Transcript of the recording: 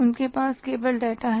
उनके पास केवल डेटा है